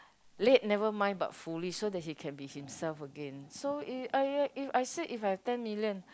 late never mind but fully so that he can be himself again so it I I it if I said I have ten million